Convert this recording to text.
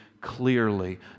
clearly